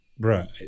bruh